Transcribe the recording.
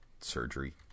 surgery